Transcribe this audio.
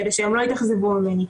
כדי שהם לא יתאכזבו ממני.